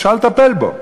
אפשר לטפל בו,